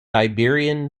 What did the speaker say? iberian